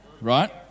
right